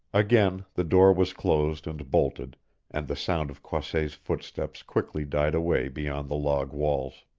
again the door was closed and bolted and the sound of croisset's footsteps quickly died away beyond the log walls.